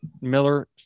miller